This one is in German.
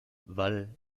wall